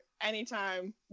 anytime